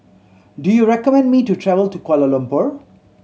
do you recommend me to travel to Kuala Lumpur